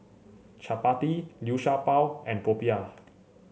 chappati Liu Sha Bao and popiah